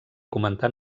comentar